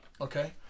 Okay